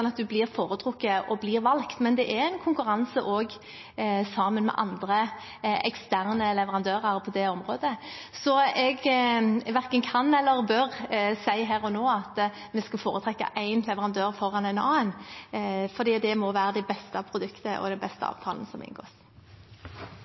at man blir foretrukket og valgt. Men det er en konkurranse med andre eksterne leverandører på det området, så jeg verken kan eller bør si her og nå at vi skal foretrekke én leverandør foran en annen, for det må være det beste produktet og den beste